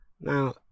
Now